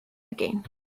again